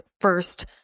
first